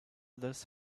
this